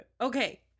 Okay